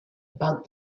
about